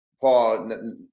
Paul